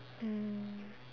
mm